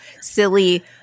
silly